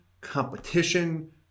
competition